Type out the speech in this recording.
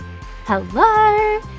Hello